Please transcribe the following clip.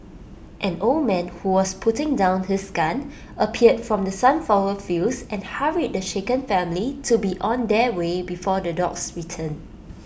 an old man who was putting down his gun appeared from the sunflower fields and hurried the shaken family to be on their way before the dogs return